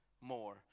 more